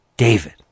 David